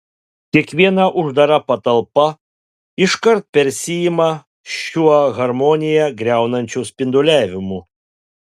kiekviena uždara patalpa iškart persiima šiuo harmoniją griaunančiu spinduliavimu